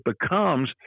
becomes